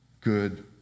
good